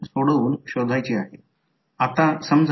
तर हे dot convention होते आता हे पुढचे L1 घेऊ